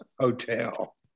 Hotel